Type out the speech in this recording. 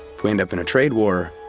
if we end up in a trade war,